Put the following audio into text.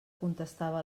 contestava